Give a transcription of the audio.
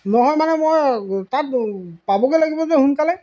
নহয় মানে মই তাত পাবগৈ লাগিব যে সোনকালে